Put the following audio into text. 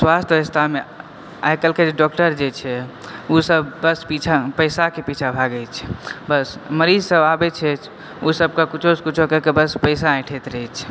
स्वास्थ व्यवस्थामे आइ काल्हिके डॉक्टर जे छै ओसब बस पीछा बस पैसाके पीछा भागै छै बस मरीज सब आबै छै ओ सबके किछो सऽ किछो कहि कऽ बस पैसा ऐंठैत रहै छै